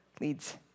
leads